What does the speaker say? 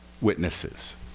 witnesses